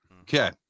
Okay